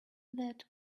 that